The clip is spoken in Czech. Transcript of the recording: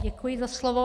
Děkuji za slovo.